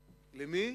למי?